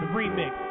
remix